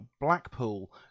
Blackpool